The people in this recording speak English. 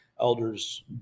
elders